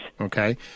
okay